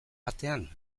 batean